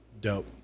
dope